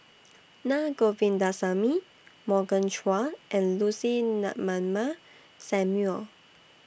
Naa Govindasamy Morgan Chua and Lucy Ratnammah Samuel